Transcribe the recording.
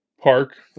Park